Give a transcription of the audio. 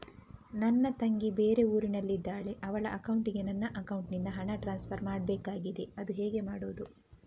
ನನ್ನ ತಂಗಿ ಬೇರೆ ಊರಿನಲ್ಲಿದಾಳೆ, ಅವಳ ಅಕೌಂಟಿಗೆ ನನ್ನ ಅಕೌಂಟಿನಿಂದ ಹಣ ಟ್ರಾನ್ಸ್ಫರ್ ಮಾಡ್ಬೇಕಾಗಿದೆ, ಅದು ಹೇಗೆ ಮಾಡುವುದು?